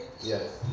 Yes